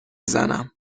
زنم